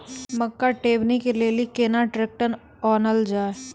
मक्का टेबनी के लेली केना ट्रैक्टर ओनल जाय?